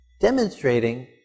demonstrating